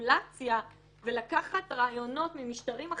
מניפולציה ולקחת רעיונות ממשטרים אחרים,